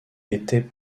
étaient